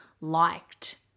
liked